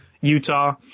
Utah